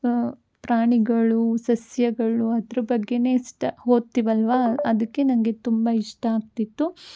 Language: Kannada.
ಪ್ರಾಣಿಗಳು ಸಸ್ಯಗಳು ಅದ್ರ ಬಗ್ಗೆನೇ ಇಷ್ಟ ಓದ್ತೀವಲ್ವಾ ಅದಕ್ಕೆ ನನಗೆ ತುಂಬ ಇಷ್ಟ ಆಗ್ತಿತ್ತು